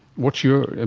what's your?